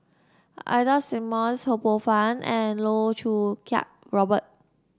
Ida Simmons Ho Poh Fun and Loh Choo Kiat Robert